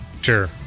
Sure